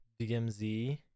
DMZ